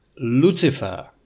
Lucifer